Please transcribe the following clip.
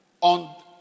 on